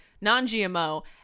non-GMO